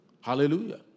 Hallelujah